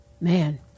man